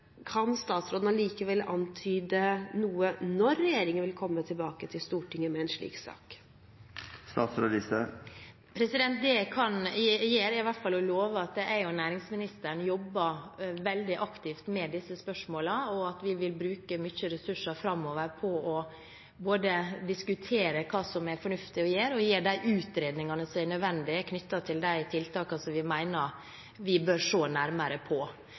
Kan statsråden allikevel antyde noe om når regjeringen vil komme tilbake til Stortinget med en slik sak? Det kan jeg gjøre. Jeg kan i hvert fall love at jeg og næringsministeren jobber veldig aktivt med disse spørsmålene, og at vi vil bruke mye ressurser framover på både å diskutere hva som er fornuftig å gjøre, og å gjøre de utredningene som er nødvendige, knyttet til de tiltakene som vi mener vi bør se nærmere på.